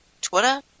Twitter